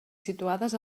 situades